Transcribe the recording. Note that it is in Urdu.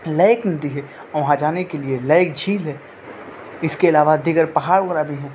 لیک ندی ہے وہاں جانے کے لیے لیک جھیل ہے اس کے علاوہ دیگر پہاڑ وغیرہ بھی ہیں